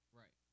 right